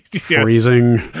Freezing